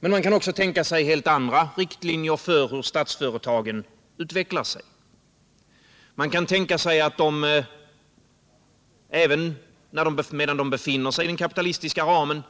Men man kan också tänka sig helt andra linjer för hur statsföretagen utvecklar sig. Man kan tänka sig att de även medan de befinner sig i den kapitalistiska ramen